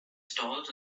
stalls